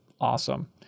awesome